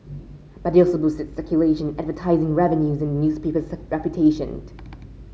but they also boosted circulation advertising revenues and newspaper's reputation